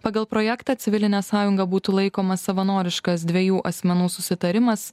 pagal projektą civiline sąjunga būtų laikomas savanoriškas dviejų asmenų susitarimas